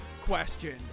question